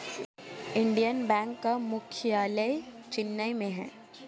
Indian Bank का मुख्यालय चेन्नई में है